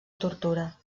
tortura